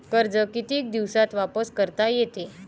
कर्ज कितीक दिवसात वापस करता येते?